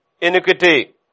iniquity